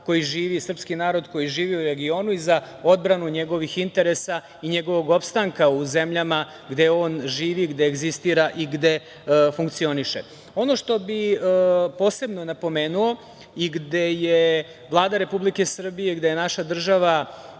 naš narod, srpski narod koji živi u regionu i za odbranu njegovih interesa i njegovog opstanka u zemljama gde on živi, gde egzistira i gde funkcioniše. Ono što bih posebno napomenuo i gde je Vlada Republike Srbije, gde je naša država